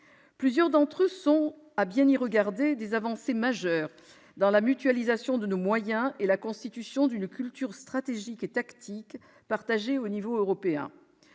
Plusieurs d'entre eux sont, à bien y regarder, des avancées majeures dans la mutualisation de nos moyens et la constitution d'une culture stratégique et tactique partagée à l'échelon européen.